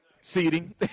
Seating